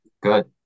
Good